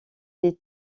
des